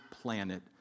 planet